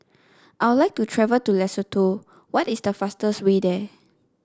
I would like to travel to Lesotho what is the fastest way there